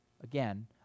again